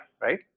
right